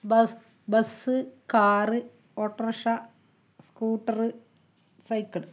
bus bus car auto rickshaw scooter cycle